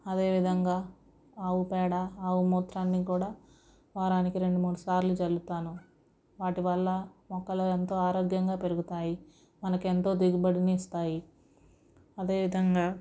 అదేవిధంగా ఆవు పేడ ఆవు మూత్రాన్ని కూడా వారానికి రెండు మూడు సార్లు చల్లతాను వాటి వల్ల మొక్కలు ఎంతో ఆరోగ్యంగా పెరుగుతాయి మనకెంతో దిగుబడిని ఇస్తాయి అదేవిధంగా